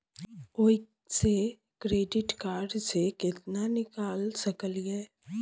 ओयसे credit card से केतना निकाल सकलियै?